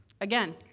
Again